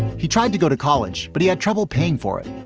he tried to go to college, but he had trouble paying for it.